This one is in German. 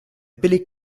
billig